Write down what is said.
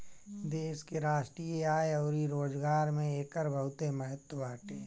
देश के राष्ट्रीय आय अउरी रोजगार में एकर बहुते महत्व बाटे